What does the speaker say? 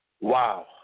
Wow